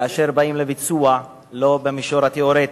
כאשר באים לביצוע, לא במישור התיאורטי.